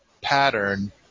pattern